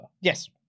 yes